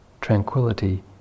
tranquility